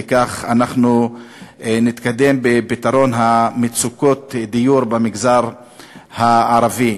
וכך אנחנו נתקדם בפתרון מצוקות הדיור במגזר הערבי.